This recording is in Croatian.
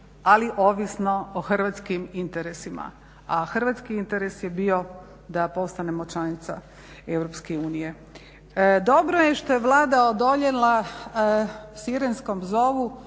ali ovisno o hrvatskim interesima. A hrvatski interes je bio da postanemo članica EU. Dobro je što je Vlada odoljela sirenskom zovu,